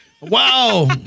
Wow